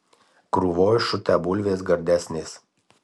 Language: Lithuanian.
krūvoj šutę bulvės gardesnės